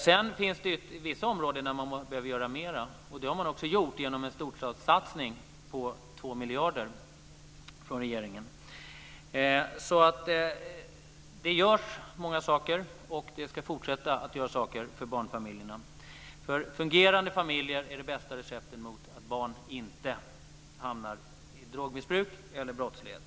Sedan finns det vissa områden där man behöver göra mer, och det har regeringen också gjort genom en storstadssatsning på 2 miljarder. Det görs många saker, och vi ska fortsätta att göra saker för barnfamiljerna. Fungerande familjer är det bästa receptet mot att barn ska hamna i drogmissbruk eller brottslighet.